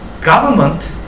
government